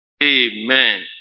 Amen